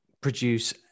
produce